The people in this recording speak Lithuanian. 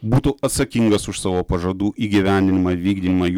būtų atsakingas už savo pažadų įgyvendinimą vykdymą jų